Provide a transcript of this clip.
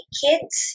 kids